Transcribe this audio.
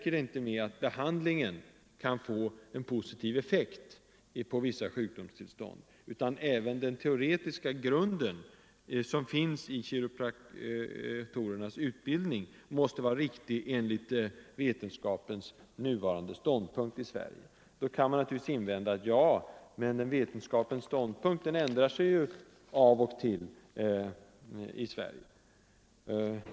Det räcker inte med att behandlingen kan få en positiv effekt på vissa sjukdomstillstånd, utan även den teoretiska grund som finns i kiropraktorernas utbildning måste vara riktig enligt vetenskapens i Sverige nuvarande ståndpunkt. Då kan man naturligtvis invända att vetenskapens ståndpunkt ju ändrar sig av och till i Sverige.